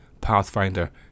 Pathfinder